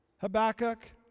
Habakkuk